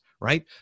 right